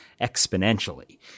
exponentially